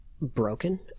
broken